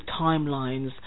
timelines